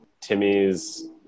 Timmy's